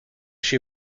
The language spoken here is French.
chez